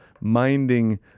Minding